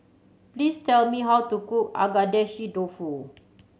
please tell me how to cook Agedashi Dofu